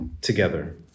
together